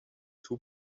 two